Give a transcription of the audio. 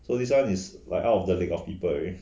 so this one is like out of the league of people already